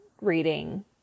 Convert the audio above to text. reading